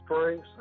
strengths